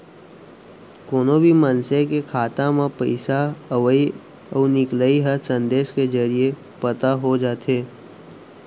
कोनो भी मनसे के खाता म पइसा अवइ अउ निकलई ह संदेस के जरिये पता हो जाथे